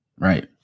Right